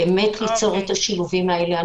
ליצור את השילובים האלה.